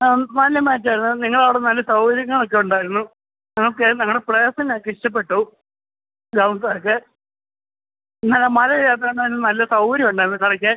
ആ നല്ല മേച്ചായിരുന്നു നിങ്ങളവിടെ നല്ല സൗകര്യങ്ങളൊക്ക ഉണ്ടായിരുന്നു ഓക്കെ ഞങ്ങളുടെ പ്ലെയേഴ്സിനൊക്കെ ഇഷ്ടപ്പെട്ടു ഗ്രൗണ്ട്സൊക്കെ ഇന്നലെ മഴയില്ലാത്ത കാരണമത് നല്ല സൗകര്യം ഉണ്ടായിരുന്നു കളിക്കാൻ